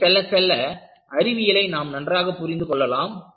இன்னும் செல்ல செல்ல அறிவியலை நாம் நன்றாக புரிந்து கொள்ளலாம்